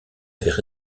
avaient